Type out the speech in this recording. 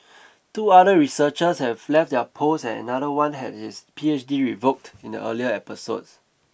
two other researchers have left their posts and another one had his P H D revoked in the earlier episode